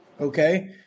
okay